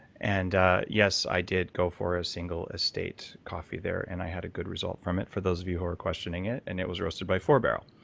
and yes, i did go for a single estate coffee there, and i had a good result from it, for those of you who are questioning it, and it was roasted by four barrel.